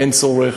אין צורך.